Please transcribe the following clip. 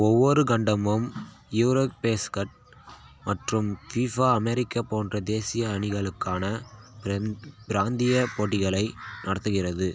ஒவ்வொரு கண்டமும் யூரோபேஸ்கட் மற்றும் ஃபிஃபா அமெரிக்க போன்ற தேசிய அணிகளுக்கான பிரந் பிராந்திய போட்டிகளை நடத்துகிறது